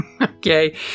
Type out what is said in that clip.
Okay